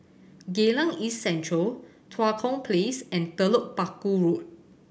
Geylang East Central Tua Kong Place and Telok Paku Road